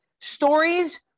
Stories